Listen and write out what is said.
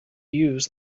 use